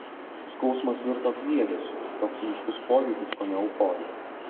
skausmas virto kliedesiu toks ryškus pojūtis kone euforija